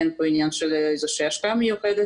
אין פה עניין של איזו שהיא השקעה מיוחדת